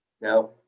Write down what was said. Now